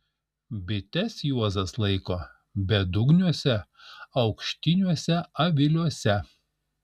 bites juozas laiko bedugniuose aukštiniuose aviliuose